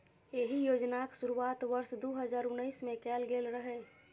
एहि योजनाक शुरुआत वर्ष दू हजार उन्नैस मे कैल गेल रहै